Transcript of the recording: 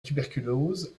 tuberculose